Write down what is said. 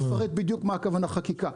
בדיוק מה הכוונה חקיקה.